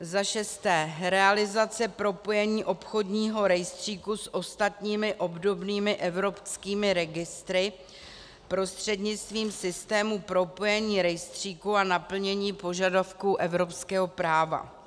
Zašesté realizace propojení obchodního rejstříku s ostatními obdobnými evropskými registry prostřednictvím systému propojení rejstříku a naplnění požadavku evropského práva.